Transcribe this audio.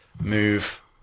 move